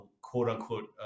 quote-unquote